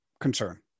concern